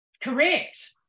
Correct